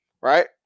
right